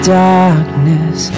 darkness